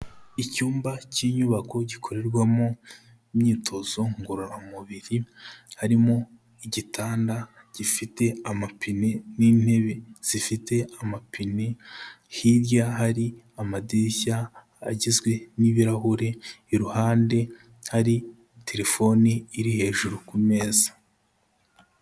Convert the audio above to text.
Icyumba cy'inyubako gikorerwamo imyitozo ngororamubiri, harimo igitanda gifite amapine n'intebe zifite amapine, hirya hari amadirishya agizwe n'ibirahuri, iruhande hari terefoni iri hejuru ku meza.